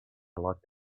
locked